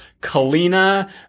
Kalina